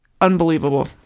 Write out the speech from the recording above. Unbelievable